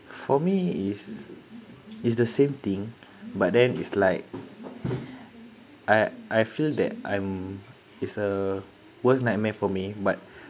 for me is is the same thing but then it's like I I feel that I'm is a worst nightmare for me but